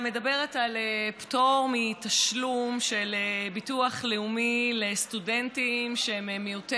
על פטור מתשלום דמי ביטוח לסטודנטים על בסיס הכנסות ההורים.